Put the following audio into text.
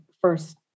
first